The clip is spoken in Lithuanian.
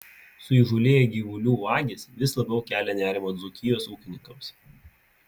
suįžūlėję gyvulių vagys vis labiau kelia nerimą dzūkijos ūkininkams